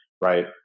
right